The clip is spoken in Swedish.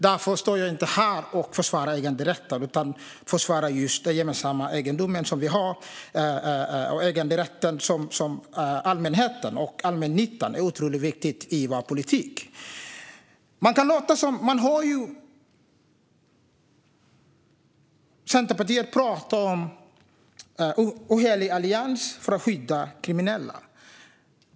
Därför står jag inte här och försvarar äganderätten utan i stället den gemensamma egendomen, och allmännyttan är otroligt viktig i vår politik. Centerpartiet pratar om en ohelig allians för att skydda kriminella.